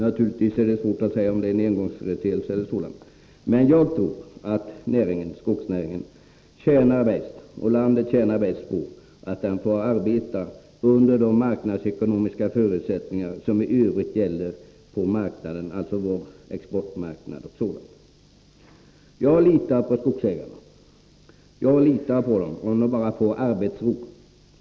Naturligtvis är det svårt att säga om det är en engångsföreteelse, men jag tror att skogsnäringen — och landet som helhet — tjänar bäst på att den får arbeta under de marknadsekonomiska förutsättningar som i övrigt gäller på exportmarknaden. Jag litar på skogsägarna, om de bara får arbetsro.